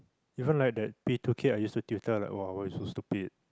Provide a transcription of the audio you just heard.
even like that P two kid I used to tutor like ah why you so stupid